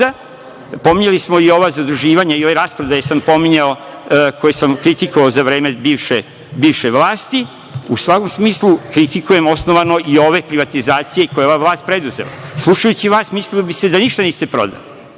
pominjali smo i ova zaduživanja i ove rasprodaje sam pominjao, a koje sam kritikovao za vreme bivše vlasti.U svakom smislu kritikujem osnovano i ove privatizacije koje je ova vlast preduzela. Slušajući vas mislilo bi se da ništa niste prodali,